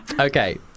Okay